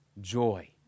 joy